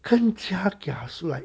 更加 kiasu like